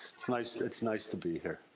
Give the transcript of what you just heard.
it's nice it's nice to be here.